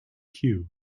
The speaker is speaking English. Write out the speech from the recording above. cue